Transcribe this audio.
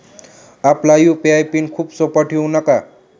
आपला UPI PIN खूप सोपा ठेवू नका